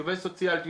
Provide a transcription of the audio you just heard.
שהיא עובדת סוציאלית.